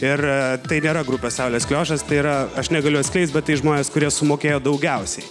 ir tai nėra grupė saulės kliošas tai yra aš negaliu atskleist bet tai žmonės kurie sumokėjo daugiausiai